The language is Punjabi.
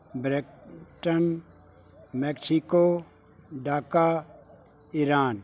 ਬਰੈਂ ਟਨ ਮੈਕਸੀਕੋ ਡਾਕਾ ਈਰਾਨ